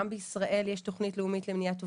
גם בישראל יש תוכנית לאומית למניעת אובדנות,